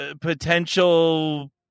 potential